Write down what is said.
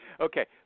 Okay